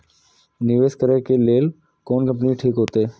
निवेश करे के लेल कोन कंपनी ठीक होते?